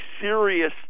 serious